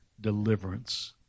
deliverance